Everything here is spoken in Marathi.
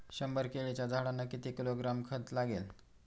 शंभर केळीच्या झाडांना किती किलोग्रॅम खत लागेल?